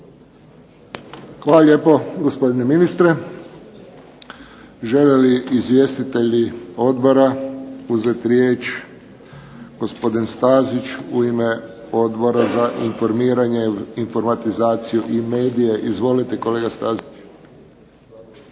Hvala lijepo gospodine ministre. Žele li izvjestitelji odbora uzeti riječ? Gospodin Stazić u ime Odbora za informiranje, informatizaciju i medije. Izvolite kolega Stazić.